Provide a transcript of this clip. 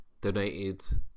Donated